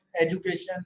education